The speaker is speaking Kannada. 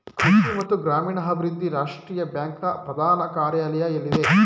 ಕೃಷಿ ಮತ್ತು ಗ್ರಾಮೀಣಾಭಿವೃದ್ಧಿ ರಾಷ್ಟ್ರೀಯ ಬ್ಯಾಂಕ್ ನ ಪ್ರಧಾನ ಕಾರ್ಯಾಲಯ ಎಲ್ಲಿದೆ?